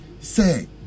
say